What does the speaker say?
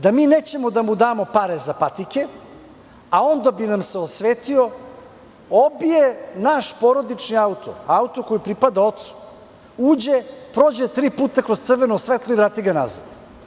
Da mi nećemo da mu damo pre za patike, a on da bi nam se osvetio obije naš porodični auto, auto koji pripada ocu, prođe tri puta kroz crveno svetlo i vrati ga nazad.